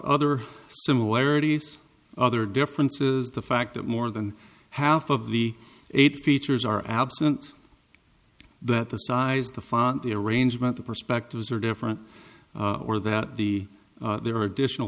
other similarities other differences the fact that more than half of the eight features are absent that the size the font the arrangement the perspectives are different or that the there are additional